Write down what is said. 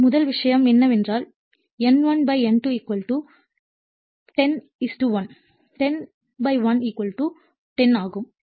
எனவே முதல் விஷயம் என்னவென்றால் N1 N2 10 1 101 10 ஆகும்